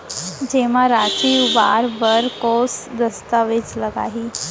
जेमा राशि उबार बर कोस दस्तावेज़ लागही?